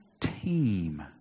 team